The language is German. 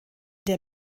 der